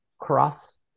cross